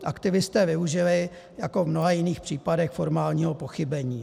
Aktivisté využili jako v mnoha jiných případech formálního pochybení.